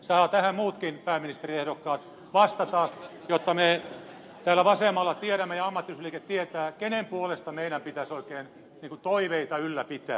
saavat tähän muutkin pääministeriehdokkaat vastata jotta me täällä vasemmalla tiedämme ja ammattiyhdistysliike tietää kenen puolesta meidän pitäisi oikein niin kuin toiveita ylläpitää